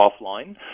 offline